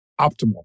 optimal